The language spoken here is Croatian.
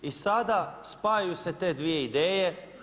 I sada spajaju se te dvije ideje.